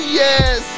yes